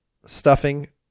stuffing